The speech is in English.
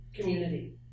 community